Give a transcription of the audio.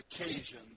occasion